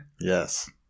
Yes